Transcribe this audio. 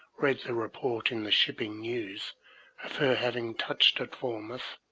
read the report in the shipping news of her having touched at falmouth,